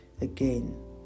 again